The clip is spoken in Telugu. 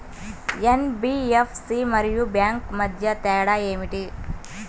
ఎన్.బీ.ఎఫ్.సి మరియు బ్యాంక్ మధ్య తేడా ఏమిటీ?